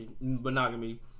monogamy